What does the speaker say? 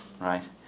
Right